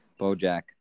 Bojack